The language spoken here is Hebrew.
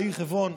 לעיר חברון,